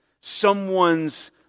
someone's